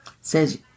says